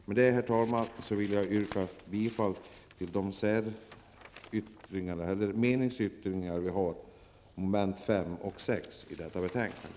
Med detta, herr talman, yrkar jag bifall till våra meningsyttringar under mom. 5 och 6 i detta betänkande.